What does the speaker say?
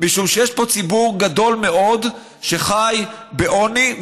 משום שיש פה ציבור גדול מאוד שחי בעוני,